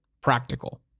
practical